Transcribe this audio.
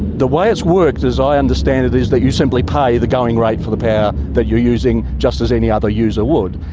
the way it works, as i understand it, is that you simply pay the going rate for the power that you're using, just as any other user would,